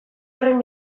horren